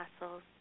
muscles